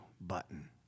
button